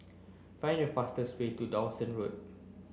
find the fastest way to Dawson Road